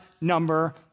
number